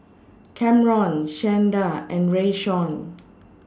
Kamron Shanda and Rayshawn